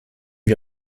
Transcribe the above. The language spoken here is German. wir